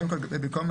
קודם כל בסוף שם,